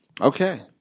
Okay